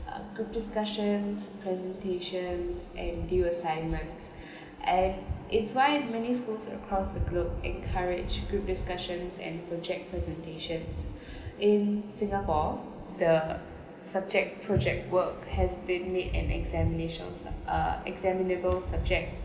uh group discussions presentations and deal assignments and it's why many schools across the globe encourage group discussions and project presentations in singapore the subject project work has been made an examination uh examinable subject